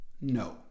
No